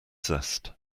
zest